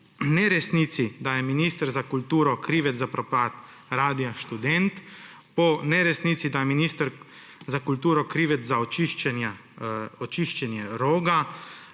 Po neresnici, da je minister za kulturo krivec za propad radia Študent, po neresnici, da je minister za kulturo krivec za očiščenje Roga,